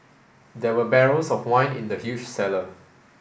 there were barrels of wine in the huge cellar